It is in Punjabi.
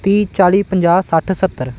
ਤੀਹ ਚਾਲੀ ਪੰਜਾਹ ਸੱਠ ਸੱਤਰ